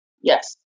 Yes